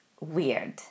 weird